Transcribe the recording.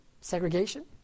segregation